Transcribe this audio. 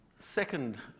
Second